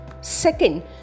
second